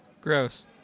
Gross